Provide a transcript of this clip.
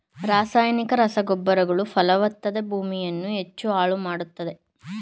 ರಾಸಾಯನಿಕ ರಸಗೊಬ್ಬರಗಳು ಫಲವತ್ತಾದ ಭೂಮಿಯನ್ನು ಹೆಚ್ಚು ಹಾಳು ಮಾಡತ್ತದೆ